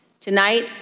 Tonight